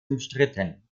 umstritten